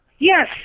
Yes